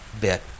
bit